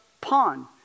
pond